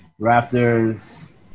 Raptors